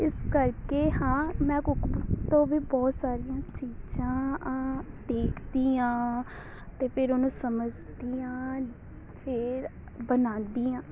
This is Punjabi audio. ਇਸ ਕਰਕੇ ਹਾਂ ਮੈਂ ਕੁੱਕ ਬੁੱਕ ਤੋਂ ਵੀ ਬਹੁਤ ਸਾਰੀਆਂ ਚੀਜ਼ਾਂ ਹਾਂ ਦੇਖਦੀ ਹਾਂ ਅਤੇ ਫਿਰ ਉਹਨੂੰ ਸਮਝਦੀ ਹਾਂ ਫਿਰ ਬਣਾਉਂਦੀ ਹਾਂ